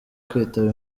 kwitaba